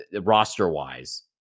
roster-wise